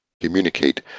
communicate